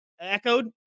echoed